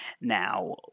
Now